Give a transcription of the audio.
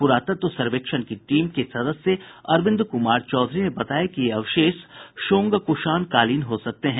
पुरातत्व सर्वेक्षण की टीम के सदस्य अरविंद कुमार चौधरी ने बताया कि ये अवशेष शोंग कुषाण कालीन हो सकती है